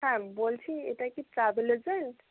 হ্যাঁ বলছি এটা কি ট্রাভেল এজেন্ট